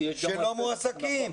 שלא מועסקים.